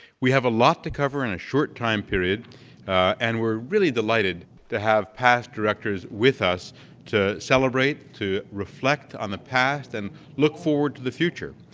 we have a lot to cover in a short time period and we're really delighted to have past directors with us to celebrate, to reflect on the past, and look forward to the future.